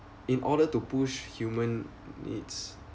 in order to push human needs